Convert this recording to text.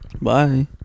Bye